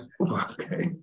Okay